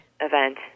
event